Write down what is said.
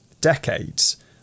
decades